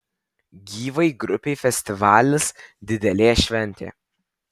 gyvai grupei festivalis didelė šventė